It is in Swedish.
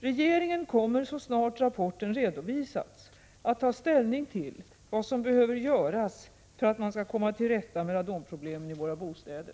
Regeringen kommer så snart rapporten redovisats att ta ställning till vad som behöver göras för att man skall komma till rätta med radonproblemen i våra bostäder.